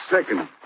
second